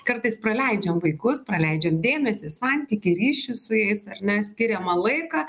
kartais praleidžiam vaikus praleidžiam dėmesį santykį ryšį su jais ar ne skiriamą laiką